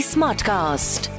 Smartcast